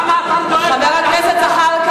למה אתה לא דואג, חבר הכנסת זחאלקה.